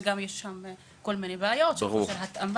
יש עם זה כל מיני בעיות של אי התאמה